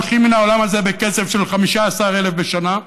הולכים מן העולם הזה בקצב של 15,000 בשנה,